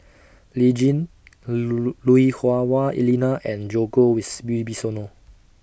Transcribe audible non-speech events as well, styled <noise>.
<noise> Lee Tjin <unintelligible> Lui Hah Wah Elena and Djoko <unintelligible>